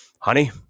honey